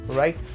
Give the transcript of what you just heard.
right